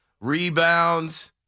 rebounds